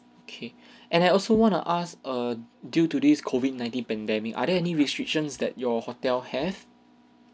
okay and I also want to ask err due to this COVID nineteen pandemic are there any restrictions that your hotel have